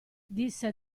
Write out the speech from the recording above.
disse